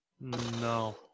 No